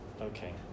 Okay